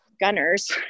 gunners